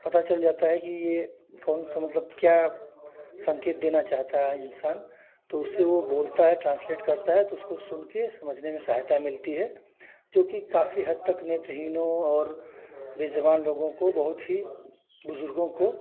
पता चल जाता है कि यह कौन सा मतलब क्या संकेत देना चाहता है इन्सान तो उससे वह बोलता है ट्रान्सलेट करता है तो उसको सुनकर समझने में सहायता मिलती है चूँकि काफ़ी हद तक नेत्रहीनों और बेज़बान लोगों को बहुत ही बुजुर्गों को